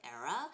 era